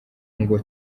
ngo